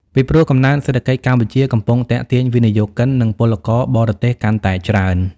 ពីព្រោះ កំណើនសេដ្ឋកិច្ចកម្ពុជាកំពុងទាក់ទាញវិនិយោគិន និងពលករបរទេសកាន់តែច្រើន។